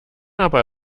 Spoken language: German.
aber